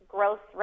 gross